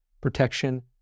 protection